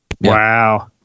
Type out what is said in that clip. wow